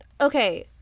Okay